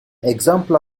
example